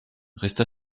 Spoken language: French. resta